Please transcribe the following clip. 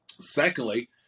Secondly